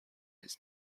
his